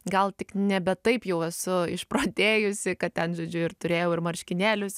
gal tik nebe taip jau esu išprotėjusi kad ten žodžiu ir turėjau ir marškinėlius